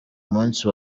munsi